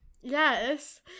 Yes